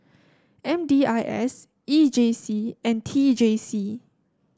M D I S E J C and T J C